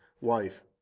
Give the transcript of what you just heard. wife